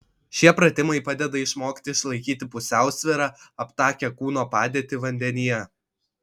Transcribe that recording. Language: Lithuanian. šie pratimai padeda išmokti išlaikyti pusiausvyrą aptakią kūno padėtį vandenyje